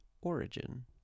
Origin